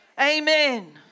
Amen